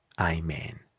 Amen